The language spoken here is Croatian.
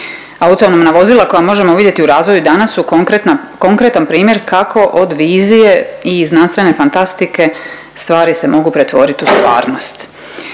Autonomna vozila koja možemo vidjeti u razvoju danas su konkretan primjer kako od vizije i znanstvene fantastike stvari se mogu pretvoriti u stvarnost.